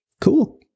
cool